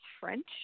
French